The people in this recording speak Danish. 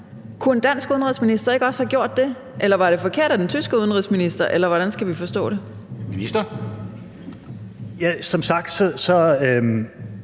Kunne en dansk udenrigsminister ikke også have gjort det, eller var det forkert af den tyske udenrigsminister, eller hvordan skal